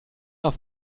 auf